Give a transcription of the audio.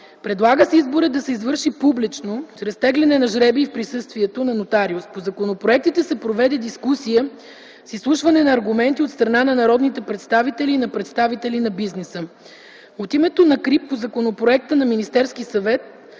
Предлага се изборът да се извърши публично, чрез теглене на жребий в присъствие на нотариус. По законопроектите се проведе дискусия с изслушване на аргументи от страна на народните представители и на представители на бизнеса. От името на КРИБ по законопроекта на Министерския съвет